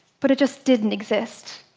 but it just didn't exist.